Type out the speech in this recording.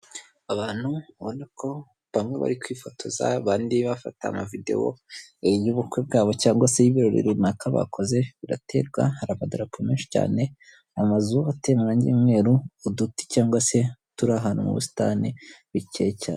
Abantu ubona ko bamwe bari kwifotoza abandi bafata amavidewo y'ubukwe bwabo cyangwa se y'ibirori runaka bakoze biraterwa, hari amadarapo menshi cyane, amazu ateye amarange y'umweru, uduti cyangwa se turi ahantu mu busitani bukeye cyane.